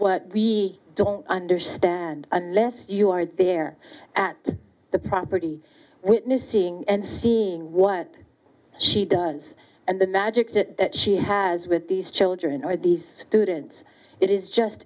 what we don't understand unless you are there at the property witnessing and seeing what she does and the magic that she has with these children or these students it is just